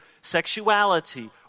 sexuality